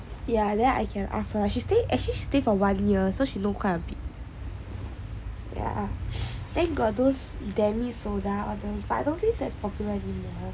ya then I can ask her she stay as you stay for one year so she know quite a bit yeah then got those demi soda or that but I don't think that's popular